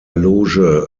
loge